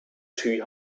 two